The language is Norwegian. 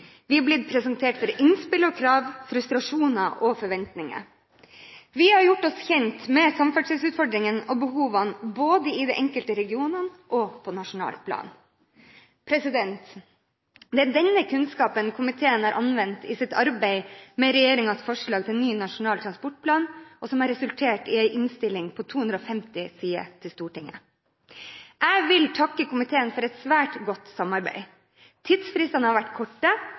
Vi har blitt presentert for innspill og krav, frustrasjoner og forventninger. Vi har gjort oss kjent med samferdselsutfordringene og behovene både i de enkelte regionene og på nasjonalt plan. Det er denne kunnskapen komiteen har anvendt i sitt arbeid med regjeringens forslag til ny Nasjonal transportplan, og som har resultert i en innstilling på 250 sider til Stortinget. Jeg vil takke komiteen for et svært godt samarbeid. Tidsfristene har vært korte,